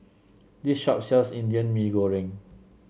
this shop sells Indian Mee Goreng